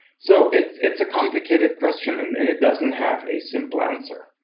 so it's it's a complicated question and and it doesn't have a simple answer.